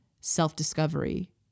self-discovery